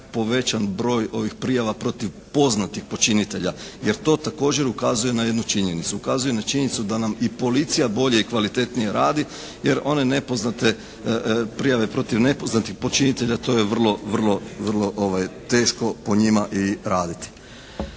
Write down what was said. povećan broj ovih prijava protiv poznatih počinitelja jer to također ukazuje na jednu činjenicu. Ukazuje na činjenicu da nam i policija bolje i kvalitetnije radi jer one nepoznate, prijave protiv nepoznatih počinitelja to je vrlo, vrlo teško po njima i raditi.